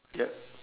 yup